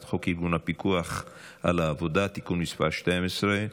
חוק ארגון הפיקוח על העבודה (תיקון מס' 12),